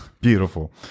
Beautiful